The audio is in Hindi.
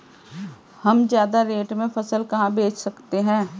हम ज्यादा रेट में फसल कहाँ बेच सकते हैं?